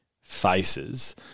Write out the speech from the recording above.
faces